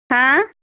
हैं